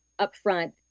upfront